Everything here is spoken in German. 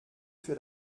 für